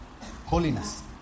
Holiness